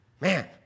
Man